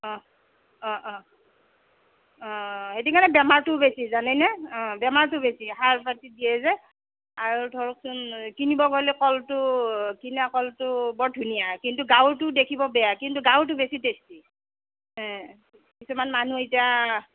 অ অ অ অ সেইটো কাৰণে বেমাৰটো বেছি জানেনে অ বেমাৰটো বেছি সাৰ পাতি দিয়ে যে আৰু ধৰকচোন কিনিব গ'লে কলটো কিনা কলটো বৰ ধুনীয়া কিন্তু গাঁৱৰটো দেখিব বেয়া কিন্তু গাঁৱৰটো বেছি টেষ্টি হা কিছুমান মানুহ এতিয়া